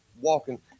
walking